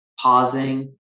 pausing